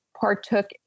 partook